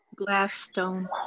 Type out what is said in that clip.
Glassstone